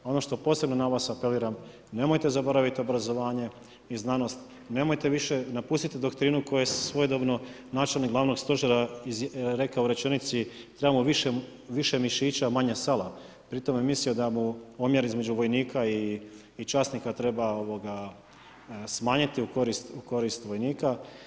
A ono što posebno na vas apeliram, nemojte zaboraviti obrazovanje i znanost, napustite doktrinu koju je svojedobno načelnik Glavnog stožera rekao u rečenici „trebamo više mišića, a manje sala“ pri tome je mislio da mu omjer između vojnika i časnika treba smanjiti u korist vojnika.